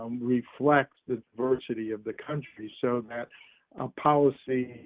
um reflects the diversity of the country, so that's a policy